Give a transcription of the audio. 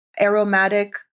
aromatic